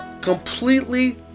completely